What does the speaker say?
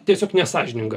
tiesiog nesąžininga